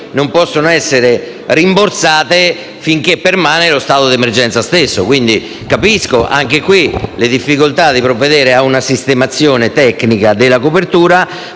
non possono essere rimborsate finché permane lo stato d'emergenza stesso. Capisco anche qui le difficoltà di provvedere a una sistemazione tecnica della copertura,